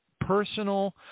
personal